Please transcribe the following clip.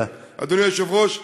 אדוני היושב-ראש,